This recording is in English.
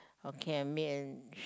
okay I made an sh~